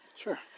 Sure